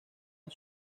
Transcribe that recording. han